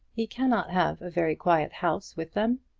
he cannot have a very quiet house with them.